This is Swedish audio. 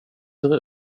ser